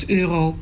euro